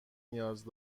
نیاز